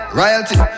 royalty